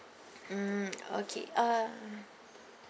mm okay uh